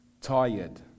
tired